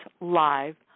live